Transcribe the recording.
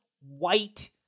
white